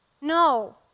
No